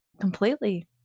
completely